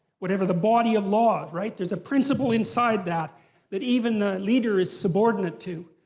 whatever, the body of law, right? there's a principle inside that that even the leader is subordinate to.